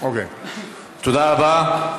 תודה רבה.